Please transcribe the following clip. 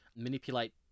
Manipulate